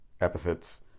epithets